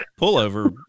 pullover